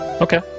Okay